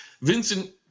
vincent